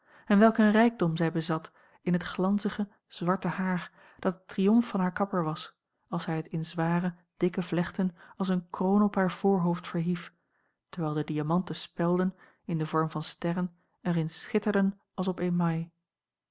en welk een rijkdom zij bezat in het glanzige zwarte haar dat de triomf van haar kapper was als hij het in zware dikke vlechten als een kroon op haar voorhoofd verhief terwijl de diamanten spelden in den a l g bosboom-toussaint langs een omweg vorm van sterren er in schitterden als op email